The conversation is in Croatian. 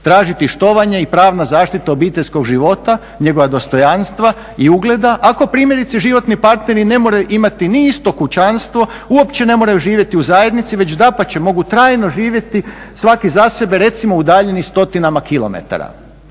tražiti štovanje i pravna zaštita obiteljskog života, njegova dostojanstva i ugleda ako primjerice životni partneri ne moraju imati ni isto kućanstvo, uopće ne moraju živjeti u zajednici već dapače mogu trajno živjeti svaki za sebe recimo udaljeni stotinama kilometara.